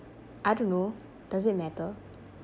I don't know does it matter